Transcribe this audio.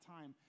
time